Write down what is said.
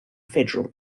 federal